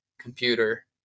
computer